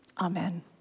Amen